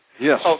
Yes